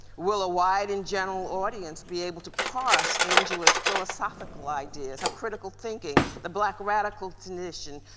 will a wide and general audience be able to parse angela's philosophical ideas, her critical thinking, the black radical transition,